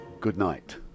goodnight